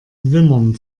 wimmern